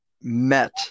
met